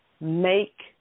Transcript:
Make